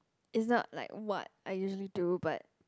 is not like what I usually do but